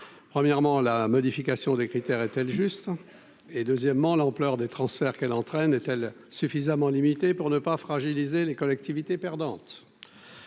premièrement, la modification des critères est-elle juste et deuxièmement l'ampleur des transferts qu'elle entraîne est-elle suffisamment limité pour ne pas fragiliser les collectivités perdantes,